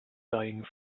dying